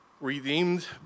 redeemed